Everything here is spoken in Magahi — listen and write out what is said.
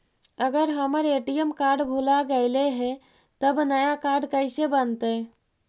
अगर हमर ए.टी.एम कार्ड भुला गैलै हे तब नया काड कइसे बनतै?